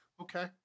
okay